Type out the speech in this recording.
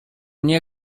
nie